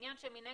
העניין שמנגד,